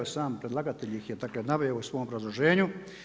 I sam predlagatelj ih je, dakle naveo u svom obrazloženju.